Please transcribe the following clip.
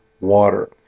water